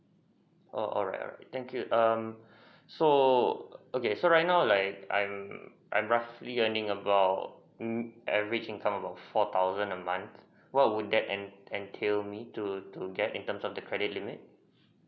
oo alright alright thank you um so okay so right now like I'm I'm roughly earning about mm average income about four thousand a month what would that ent~ entail me to to get in terms of the credit limit